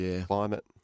climate